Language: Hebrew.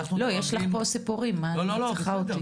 לא, יש לך פה סיפורים, מה את צריכה אותי?